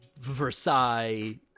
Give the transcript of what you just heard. Versailles